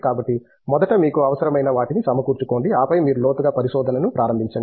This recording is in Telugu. కాబట్టి మొదట మీకు అవసరమైన వాటిని సమకూర్చుకోండి ఆపై మీరు లోతుగా పరిశోధనను ప్రారంభించండి